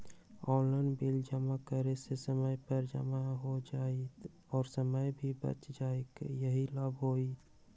Online bill जमा करे से समय पर जमा हो जतई और समय भी बच जाहई यही लाभ होहई?